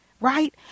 Right